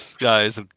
guys